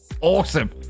awesome